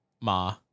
Ma